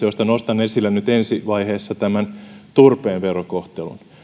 joista nostan esille nyt ensi vaiheessa turpeen verokohtelun